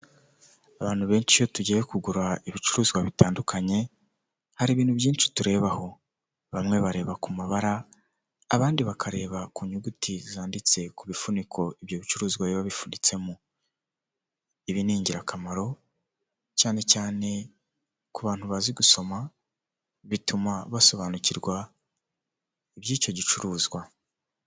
Abantu benshi iyo tugiye kugura ibicuruzwa bitandukanye hari ibintu byinshi turebaho, bamwe bareba ku mabara, abandi bakareba ku nyuguti zanditse ku bifuniko ibyo bicuruzwa biba bifunitsemo, ibi ni ingirakamaro cyane cyane ku bantu bazi gusoma bituma basobanukirwa iby'icyo gicuruzwa.